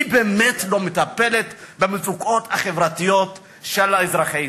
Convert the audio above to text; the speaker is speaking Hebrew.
היא באמת לא מטפלת במצוקות החברתיות של אזרחי ישראל.